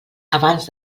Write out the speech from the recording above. abans